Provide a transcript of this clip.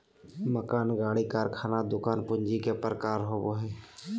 मकान, गाड़ी, कारखाना, दुकान पूंजी के प्रकार होबो हइ